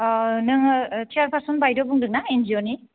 नोङो chairperson बायद' बुंदोंना एन जी अ नि